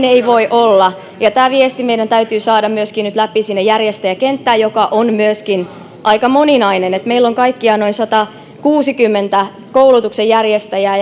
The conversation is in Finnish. ei voi olla ja tämä viesti meidän täytyy nyt saada myöskin läpi sinne järjestäjäkenttään joka on myöskin aika moninainen meillä on kaikkiaan noin satakuusikymmentä koulutuksenjärjestäjää